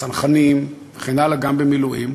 בצנחנים וכן הלאה, גם במילואים.